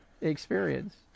experience